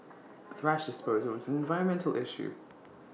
thrash disposal is an environmental issue